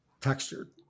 textured